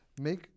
make